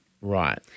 Right